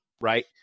Right